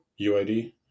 uid